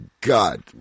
God